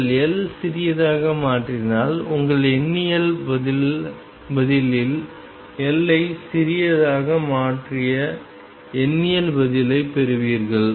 நீங்கள் L சிறியதாக மாற்றினால் உங்கள் எண்ணியல் பதிலில் L ஐ சிறியதாக மாற்றிய எண்ணியல் பதிலைப் பெறுவீர்கள்